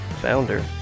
founder